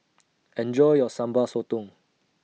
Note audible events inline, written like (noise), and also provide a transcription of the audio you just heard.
(noise) Enjoy your Sambal Sotong